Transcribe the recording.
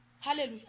Hallelujah